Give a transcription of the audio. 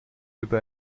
über